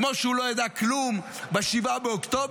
כמו שהוא לא ידע כלום ב-7 באוקטובר.